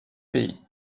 pays